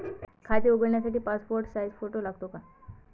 खाते उघडण्यासाठी passport size photo लागतो का?